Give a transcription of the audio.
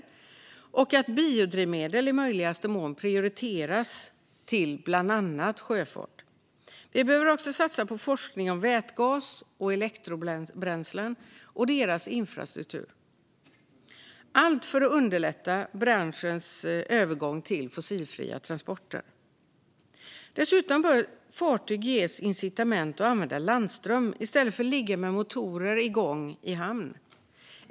Dessutom behöver biodrivmedel i möjligaste mån prioriteras till bland annat sjöfart. Vi behöver också satsa på forskning om vätgas och elektrobränslen och deras infrastruktur. Allt för att underlätta branschens övergång till fossilfria transporter. Dessutom bör fartyg ges incitament att använda landström i stället för att ligga med motorer igång i hamn.